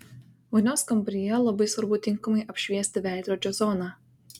vonios kambaryje labai svarbu tinkamai apšviesti veidrodžio zoną